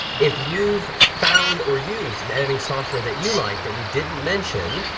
if you've found or used an editing software that you like that we didn't mention,